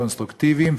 קונסטרוקטיביים,